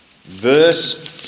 verse